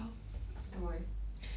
怎么 eh